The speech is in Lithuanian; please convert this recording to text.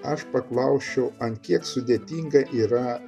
aš paklausčiau ant kiek sudėtynga yra